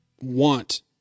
want